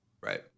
right